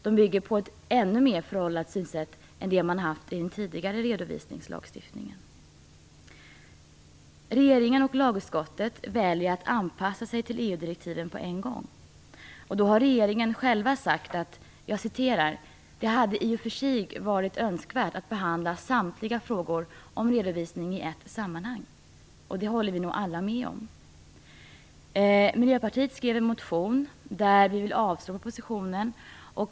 De bygger på ett ännu mer föråldrat synsätt än det man haft i den tidigare redovisningslagstiftningen. Regeringen och lagutskottet väljer att anpassa sig till EU-direktiven på en gång. Regeringen har själv sagt att det i och för sig hade varit önskvärt att behandla samtliga frågor om redovisning i ett sammanhang. Det håller vi nog alla med om. Miljöpartiet skrev en motion där det står att vi vill att propositionen avslås.